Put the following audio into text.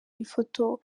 ifoto